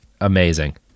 amazing